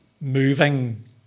moving